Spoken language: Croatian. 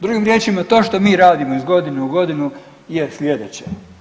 Drugim riječima, to što mi radimo iz godine u godinu je slijedeće.